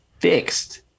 fixed